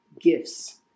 gifts